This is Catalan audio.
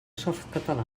softcatalà